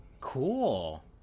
Cool